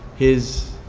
his